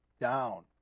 down